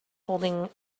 holding